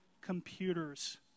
computers